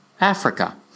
Africa